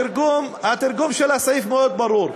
התרגום של הסעיף ברור מאוד.